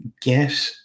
get